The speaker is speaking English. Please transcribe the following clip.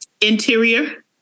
Interior